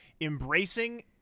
embracing